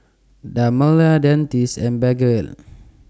Dermale Dentiste and Blephagel